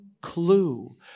clue